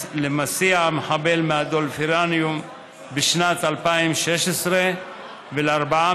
למסיע המחבל מהדולפינריום בשנת 2016 ולארבעה